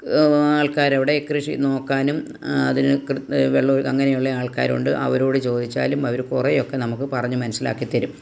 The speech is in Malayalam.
ആൾക്കാരവിടെ കൃഷി നോക്കാനും അതിന് കൃ വെള്ളം അങ്ങനെ ഉള്ള ആൾക്കാരുണ്ട് അവരോട് ചോദിച്ചാലും അവർ കുറെയൊക്കെ നമുക്ക് പറഞ്ഞു മനസ്സിലാക്കി തരും